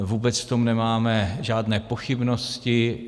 Vůbec v tom nemáme žádné pochybnosti.